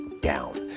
down